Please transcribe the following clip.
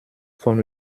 von